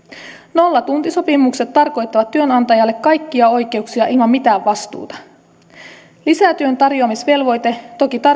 nollatuntisopimukset tarkoittavat työnantajalle kaikkia oikeuksia ilman mitään vastuuta lisätyön tarjoamisvelvoite toki tarkoittaa